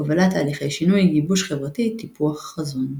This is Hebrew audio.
הובלת תהליכי שינוי, גיבוש חברתי, טיפוח חזון.